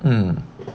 mm